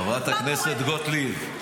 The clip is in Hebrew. חברת הכנסת גוטליב,